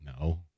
no